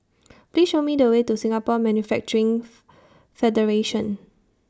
Please Show Me The Way to Singapore Manufacturing's Federation